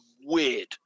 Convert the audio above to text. weird